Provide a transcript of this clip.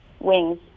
Wings